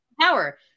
power